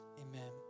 amen